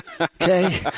okay